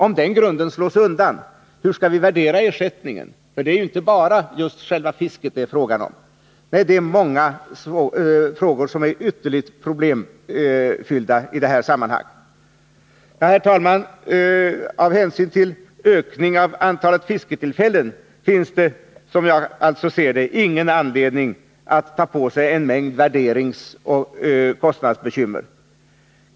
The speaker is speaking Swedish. Om den grunden slås undan, hur skall vi då värdera ersättningen? Det är ju inte bara fisket det är fråga om, utan det är många frågor som är ytterligt problemfyllda i sammanhanget. Nej, herr talman, av hänsyn till ökningen av antalet fisketillfällen finns det, som jag ser det, ingen anledning att ta på sig en mängd värderingsoch kostnadsbekymmer.